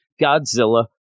Godzilla